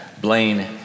Blaine